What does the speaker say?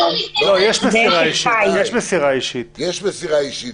יש מסירה אישית.